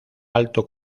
alto